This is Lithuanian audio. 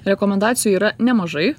rekomendacijų yra nemažai